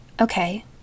Okay